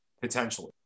potentially